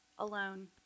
alone